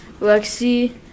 Lexi